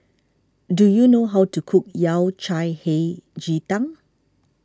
do you know how to cook Yao Cai Hei Ji Tang